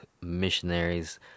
Missionaries